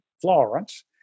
Florence